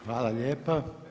Hvala lijepa.